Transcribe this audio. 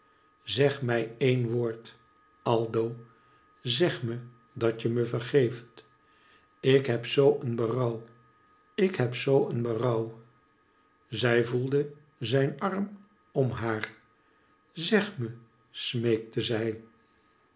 zeg mij een woord aldo zeg me dat je me vergeeft ik heb zoo een berouw ik heb zoo een berouw zij voelde zijn arm om haar zeg me smeekte zij